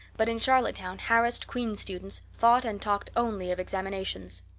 but in charlottetown harassed queen's students thought and talked only of examinations.